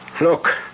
Look